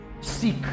seek